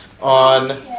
on